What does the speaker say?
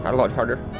a lot harder.